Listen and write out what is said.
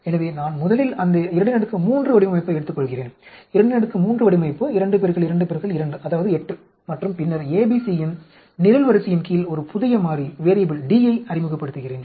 எனவே நான் முதலில் அந்த 23 வடிவமைப்பை எடுத்துக்கொள்கிறேன் 23 வடிவமைப்பு 2 2 2 அதாவது 8 மற்றும் பின்னர் ABC யின் நிரல்ரிசையின் கீழ் ஒரு புதிய மாறி D யை அறிமுகப்படுத்துகிறேன்